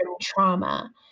trauma